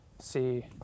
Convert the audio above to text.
see